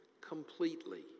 completely